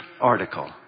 article